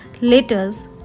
letters